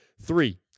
Three